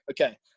okay